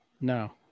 No